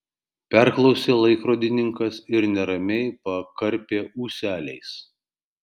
perklausė laikrodininkas ir neramiai pakarpė ūseliais